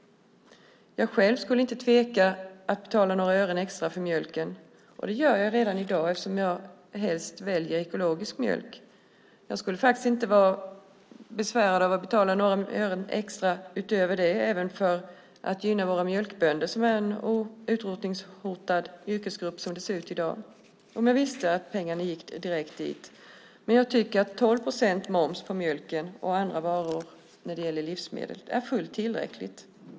Jag själv skulle inte tveka att betala några ören extra för mjölken. Det gör jag redan i dag eftersom jag helst väljer ekologisk mjölk. Jag skulle faktiskt inte vara besvärad av att betala några ören extra utöver det för att gynna våra mjölkbönder, som är en utrotningshotad yrkesgrupp i dag, om jag visste att pengarna gick direkt till dem. Men jag tycker att det är fullt tillräckligt med 12 procent moms på mjölk och andra livsmedel.